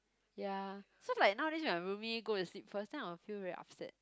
ya so like nowadays when my roomie go to sleep first then I will feel very upset